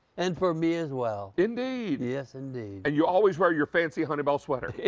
and for me as well. indeed. yes indeed. and you always wear your fancy honeypot sweater.